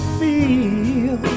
feel